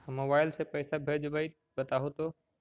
हम मोबाईल से पईसा भेजबई बताहु तो?